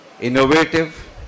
innovative